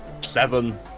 seven